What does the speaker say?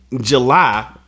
July